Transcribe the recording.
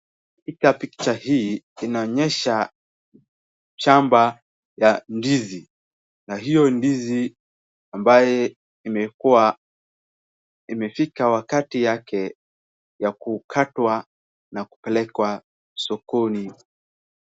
Katika picha hii inaonyesha shamba ya ndizi na hiyo ndizi ambaye imekua imefika wakati yake ya kukatwa na kupelekwa sokoni.